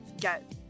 get